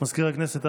מזכיר הכנסת,